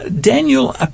Daniel